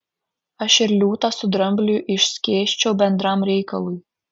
aš ir liūtą su drambliu išskėsčiau bendram reikalui